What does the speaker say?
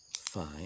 five